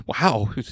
Wow